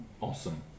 Awesome